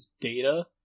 Data